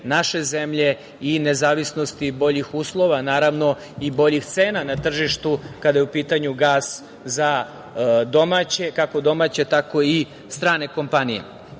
naše zemlje i nezavisnosti boljih uslova, naravno, i boljih cena na tržištu, kada je u pitanju gas za domaće, kako domaće tako i strane kompanije. Ono